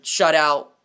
shutout